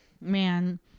Man